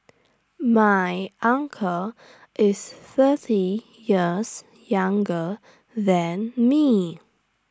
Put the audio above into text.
my uncle is thirty years younger than me